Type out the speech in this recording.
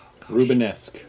rubenesque